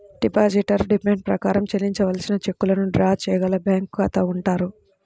depositor demand ప్రకారం చెల్లించవలసిన చెక్కులను డ్రా చేయగల బ్యాంకు ఖాతా అంటారు